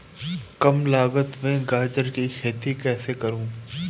कम लागत में गाजर की खेती कैसे करूँ?